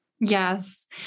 Yes